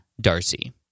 darcy